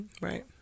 Right